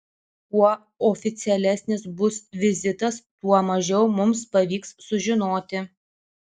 kuo oficialesnis bus vizitas tuo mažiau mums pavyks sužinoti